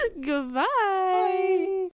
goodbye